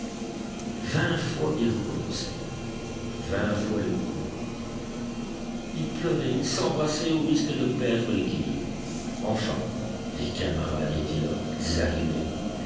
vingt fois ils recommencèrent vingt fois les coups répondirent ils pleuraient ils s'embrassaient au risque de perdre l'équilibre enfin les camarades étaient là ils arrivaient